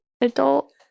Adult